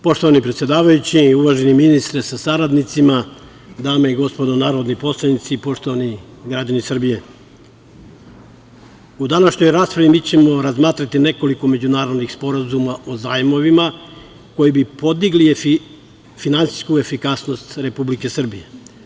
Poštovani predsedavajući, uvaženi ministre sa saradnicima, dame i gospodo narodni poslanici, poštovani građani Srbije, u današnjoj raspravi mi ćemo razmatrati nekoliko međunarodnih sporazuma o zajmovima koji bi podigli finansijsku efikasnost Republike Srbije.